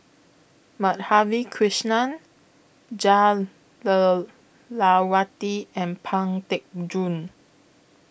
Madhavi Krishnan Jah Lelawati and Pang Teck Joon